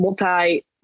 multi-